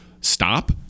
stop